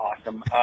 awesome